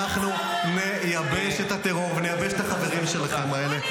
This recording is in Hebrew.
אנחנו נייבש את הטרור ונייבש את החברים שלכם האלה,